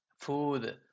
food